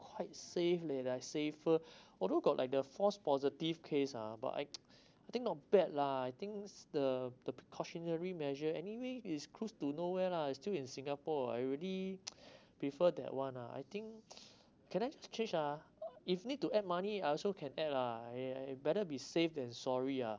quite safe leh like safer although got like the false positive case ah but I think not bad lah I thinks the the precautionary measure anywhere is close to nowhere lah it's still in singapore I already prefer that one ah I think can I change ah if need to add money I also can add ah I I better be safe than sorry ah